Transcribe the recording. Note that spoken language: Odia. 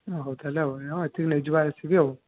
ହଉ ତାହେଲେ ଆଉ ହଁ ଏତିକି ନେଇଯିବ ଆସିକି